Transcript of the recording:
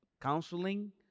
counseling